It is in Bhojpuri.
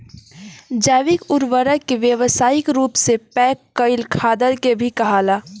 जैविक उर्वरक के व्यावसायिक रूप से पैक कईल खादर के भी कहाला